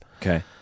Okay